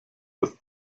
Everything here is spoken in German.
das